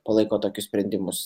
palaiko tokius sprendimus